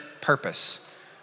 purpose